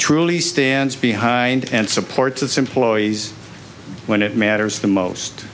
truly stands behind and supports its employees when it matters the most